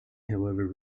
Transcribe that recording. however